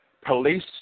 Police